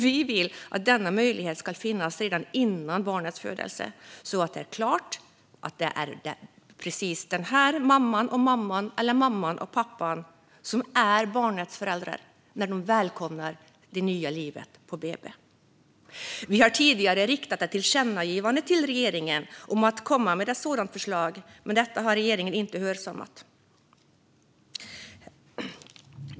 Vi vill att denna möjlighet ska finnas redan före barnets födelse, så att det är klart att det är precis den här mamman och mamman eller mamman och pappan som är barnets föräldrar när de välkomnar det nya livet på BB. Vi har tidigare riktat ett tillkännagivande till regeringen om att komma med ett sådant förslag, men detta har regeringen inte hörsammat.